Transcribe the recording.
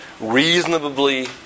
reasonably